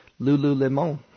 Lululemon